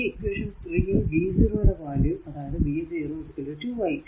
ഈ ഇക്വേഷൻ 3 ൽ v 0 യുടെ വാല്യൂ അതായതു v0 2 i2